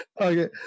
Okay